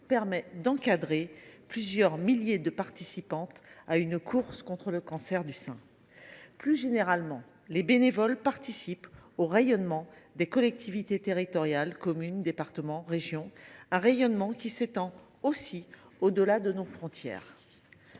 permet d’encadrer plusieurs milliers de participantes à une course contre le cancer du sein. Plus généralement, les bénévoles participent au rayonnement des collectivités territoriales, des communes, des départements et des régions – un rayonnement qui s’étend aussi au delà de nos frontières.